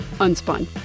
Unspun